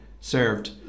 served